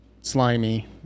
slimy